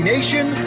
Nation